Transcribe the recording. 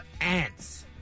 ants